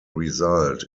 result